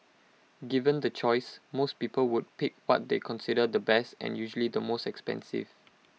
given the choice most people would pick what they consider the best and usually the most expensive